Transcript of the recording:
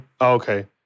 Okay